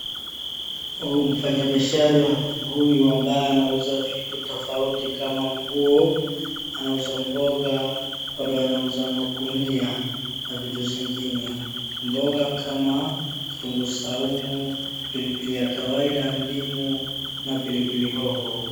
Mfanyi biashara huyu ambaye anauza vitu tofauti kama nguo anauza mboga bado anauza magunia na vitu zingine mboga kama kitunguu saumu pilipili ya kawaida ndimu na pilipili hoho